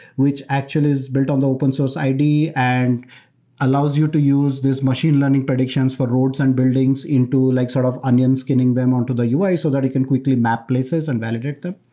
which actually is built on the open source id and allows you to use this machine learning predictions for roads and buildings into like sort of onion skinning them on to the ui so that it can quickly map places and validate them.